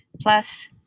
Plus